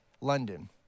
London